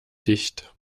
dicht